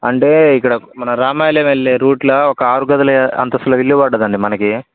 అంటే ఇక్కడ మన రామాయల వెళ్ళే రూట్లో ఒక ఆరు గదుల అంతస్తులో ఇల్లు పడ్డదండి మనకి